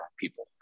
people